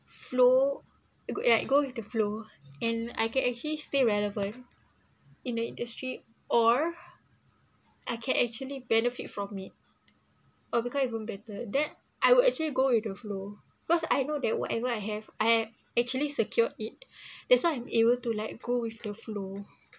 flow a go it I go with the flow and I can actually stay relevant in the industry or I can actually benefit from it or become even better that I would actually go with the flow cause I know that whatever I have I actually secured it that's why I'm able to let go with the flow